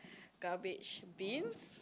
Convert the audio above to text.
garbage bins